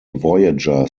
voyager